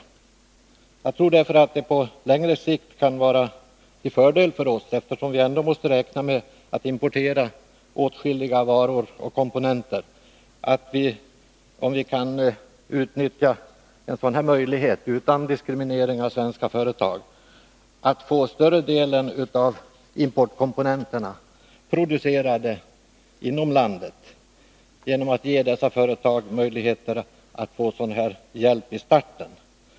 Eftersom vi ändå måste räkna med att importera åtskilliga varor och komponenter, kan frizoner på längre sikt vara till fördel för oss, om vi kan utnyttja en sådan möjlighet att utan diskriminering av svenska företag få större delen av importkomponenterna producerade inom landet genom att ge dessa företag möjligheter till hjälp i starten.